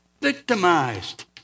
victimized